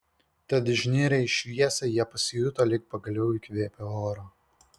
tad išnirę į šviesą jie pasijuto lyg pagaliau įkvėpę oro